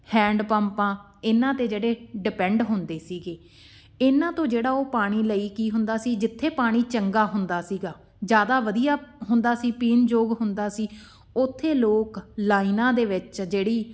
hand ਪੰਪਾਂ ਇਹਨਾਂ 'ਤੇ ਜਿਹੜੇ ਡਿਪੈਂਡ ਹੁੰਦੇ ਸੀਗੇ ਇਹਨਾਂ ਤੋਂ ਜਿਹੜਾ ਉਹ ਪਾਣੀ ਲਈ ਕੀ ਹੁੰਦਾ ਸੀ ਜਿੱਥੇ ਪਾਣੀ ਚੰਗਾ ਹੁੰਦਾ ਸੀਗਾ ਜ਼ਿਆਦਾ ਵਧੀਆ ਹੁੰਦਾ ਸੀ ਪੀਣ ਯੋਗ ਹੁੰਦਾ ਸੀ ਉੱਥੇ ਲੋਕ ਲਾਈਨਾਂ ਦੇ ਵਿੱਚ ਜਿਹੜੀ